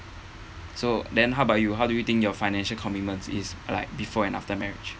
so then how about you how do you think your financial commitments is like before and after marriage